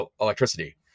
electricity